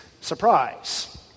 surprise